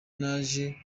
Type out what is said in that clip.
naje